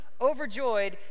Overjoyed